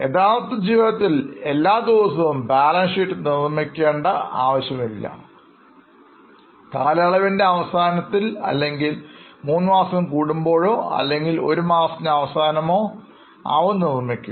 യഥാർത്ഥ ജീവിതത്തിൽ എല്ലാദിവസവും ബാലൻസ് ഷീറ്റ് നിർമിക്കേണ്ട ആവശ്യമില്ല കാലയളവിന്റെ അവസാനത്തിൽ അല്ലെങ്കിൽ മൂന്ന് മാസം കൂടുമ്പോഴോ അല്ലെങ്കിൽ ഒരുമാസത്തിന് അവസാനമോ ആവും നിർമ്മിക്കുക